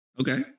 Okay